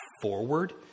forward